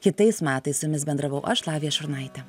kitais metais su jumis bendravau aš lavija šurnaitė